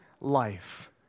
life